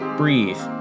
breathe